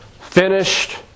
finished